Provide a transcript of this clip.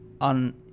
on